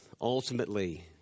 Ultimately